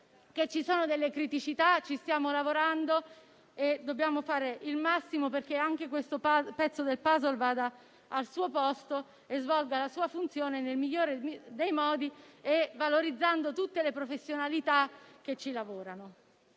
ci sono criticità. Ci stiamo lavorando, ma dobbiamo fare il massimo perché anche questo pezzo del *puzzle* vada al suo posto e svolga la sua funzione nel migliore dei modi, valorizzando tutte le professionalità che ci lavorano.